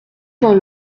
vint